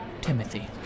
Timothy